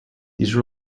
these